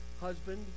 husband